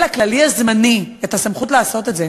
הכללי הזמני את הסמכות לעשות את זה,